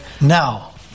now